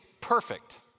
perfect